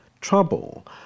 trouble